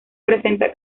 presenta